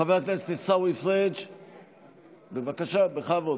חבר הכנסת עיסאווי פריג', בבקשה, בכבוד.